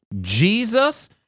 Jesus